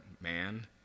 man